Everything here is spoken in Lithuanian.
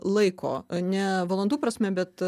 laiko o ne valandų prasme bet